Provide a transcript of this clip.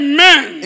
Amen